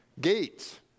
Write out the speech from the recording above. gates